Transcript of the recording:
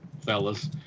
fellas